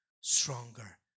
stronger